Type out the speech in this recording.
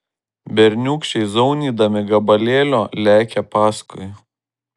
berniūkščiai zaunydami gabalėlio lekia paskui